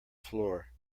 floor